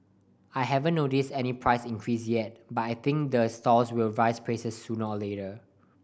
I haven't noticed any price increase yet but I think the stalls will raise prices sooner or later